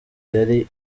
yari